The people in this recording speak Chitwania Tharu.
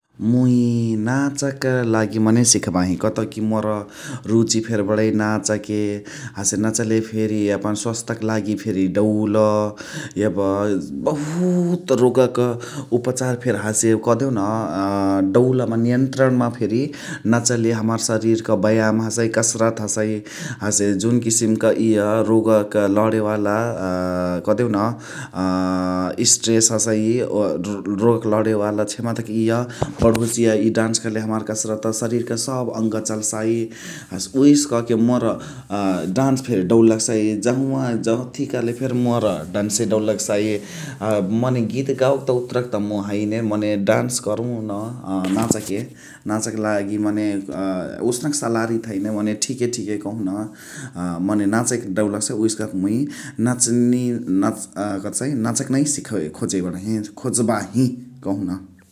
मुइ नाचक लागि मने सिखबाही । कतउ कि मोर रुची फेरी बडइ नाचके । हसे नाचले फेरी यापन स्वास्थ्यक लागि फेरी डउल । यब बहुत रोगक उपचार फेरी हसे कदेहू न डउल नियन्त्रणमा फेरी नाचले हमार शरीरक व्यायाम हसइ, कसरत हसइ । हसे जुन किसिमक इय रोगक लडेवाला कदेहू न स्ट्रेन्थ हसइ रोगक लडेवाला क्षमताक इय बढोसिय। इय डान्स कैले हमार कसरत शरीरक सब अंग चल्सइ । हसे उहेसे कके मोर डान्स फेरी डउल लग्सइ । जहावा जथी करले फेरी मोर डान्से डउल लग्सइ । मने गीत गावाके त उतुरक त मुइ हैने मने डान्स करु न नाचके नाचके लागि मने ओसनक सलारी त हैन मने ठिके ठिके कहु न मने नाचके डउल लग्सइ । उहेसे कहके मुइ नाचनी नाचके नै सिखोय खोजइ बडही खोजबाही कहु न।